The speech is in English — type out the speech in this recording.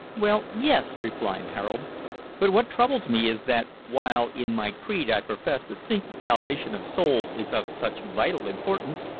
well, yes, replied harold but what troubles me is that, while in my creed i profess to think the salvation of souls is of such vital importance,